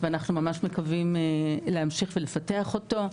ואנחנו ממש מקווים להמשיך ולפתח אותו.